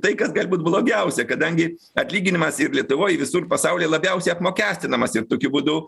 tai kas gali būt blogiausia kadangi atlyginimas ir lietuvoj visur pasaulyje labiausiai apmokestinamas ir tokiu būdu